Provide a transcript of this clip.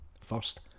First